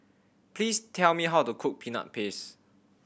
please tell me how to cook Peanut Paste